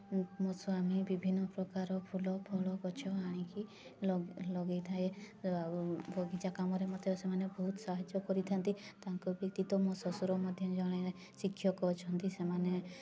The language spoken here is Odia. ମୋ ସ୍ୱାମୀ ବିଭିନ୍ନ ପ୍ରକାର ଫୁଲ ଫଳ ଗଛ ଆଣିକି ଲଗେଇଥାଏ ଆଉ ବଗିଚା କାମରେ ମୋତେ ସେମାନେ ବହୁତ ସାହାଯ୍ୟ କରିଥା'ନ୍ତି ତାଙ୍କ ବ୍ୟତୀତ ମୋ ଶ୍ୱଶୁର ମଧ୍ୟ ଜଣେ ଶିକ୍ଷକ ଅଛନ୍ତି ସେମାନେ